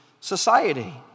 society